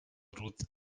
ruth